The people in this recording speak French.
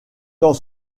dans